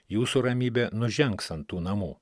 jūsų ramybė nužengs ant tų namų